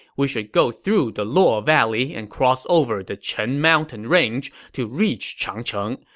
we should go through the luo valley and cross over the chen mountain range to reach changcheng.